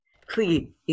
Please